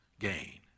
gain